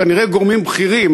כנראה גורמים בכירים,